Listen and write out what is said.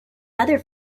other